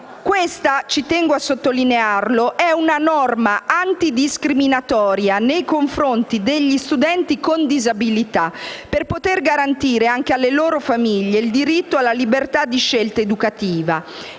Questa - ci tengo a sottolinearlo - è una norma antidiscriminatoria nei confronti degli studenti con disabilità, per poter garantire anche alle loro famiglie il diritto alla libertà di scelta educativa.